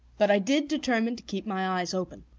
but i did determine to keep my eyes open.